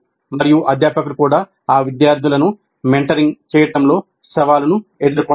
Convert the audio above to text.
మరియు అధ్యాపకులు కూడా ఆ విద్యార్థులను మెంటరింగ్ చేయడంలో సవాలును ఎదుర్కొంటారు